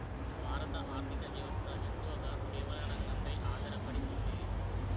భారత ఆర్ధిక వ్యవస్థ ఎక్కువగా సేవల రంగంపై ఆధార పడి ఉంది